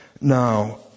now